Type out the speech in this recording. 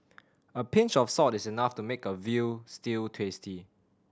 a pinch of salt is enough to make a veal stew tasty